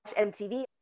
MTV